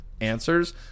answers